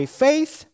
faith